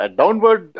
downward